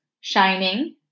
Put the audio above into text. Shining